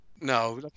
No